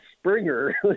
Springer